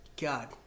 God